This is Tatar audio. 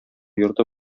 йорты